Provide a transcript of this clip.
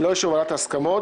ללא אישור ועדת ההסכמות,